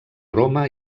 roma